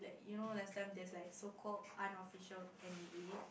you know last time there is like so called unofficial N_E_A